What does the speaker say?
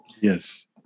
Yes